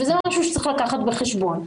וזה משהו שצריך לקחת בחשבון.